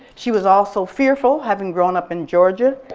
she was also fearful, having grown up in georgia,